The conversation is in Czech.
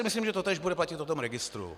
Myslím, že totéž bude platit o tom registru.